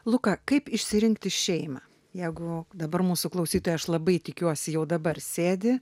luką kaip išsirinkti šeimą jeigu dabar mūsų klausytoja aš labai tikiuosi jau dabar sėdi